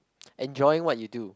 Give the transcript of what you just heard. enjoying what you do